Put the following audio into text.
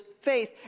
faith